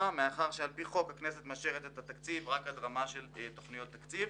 מאחר ועל פי החוק הכנסת מאשרת את תקציב המדינה עד רמה של תכניות תקציב.